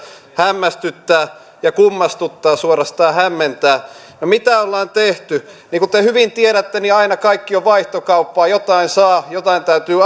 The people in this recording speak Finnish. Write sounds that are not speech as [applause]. hämmästyttää ja kummastuttaa suorastaan hämmentää ja mitä ollaan tehty niin kuin te hyvin tiedätte aina kaikki on vaihtokauppaa jotain saa jotain täytyy [unintelligible]